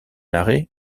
arrêt